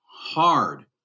hard